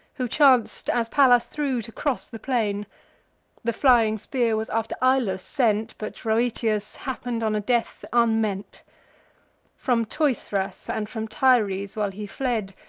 who chanc'd, as pallas threw, to cross the plain the flying spear was after ilus sent but rhoeteus happen'd on a death unmeant from teuthras and from tyres while he fled,